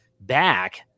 back